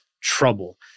trouble